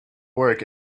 work